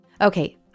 Okay